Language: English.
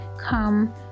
come